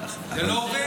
זה לא עובד.